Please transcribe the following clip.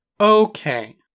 Okay